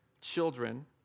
children